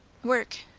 work!